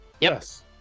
Yes